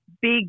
big